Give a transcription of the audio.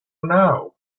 now